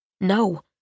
No